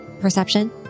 Perception